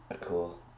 Cool